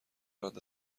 دارد